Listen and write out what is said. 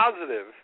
positive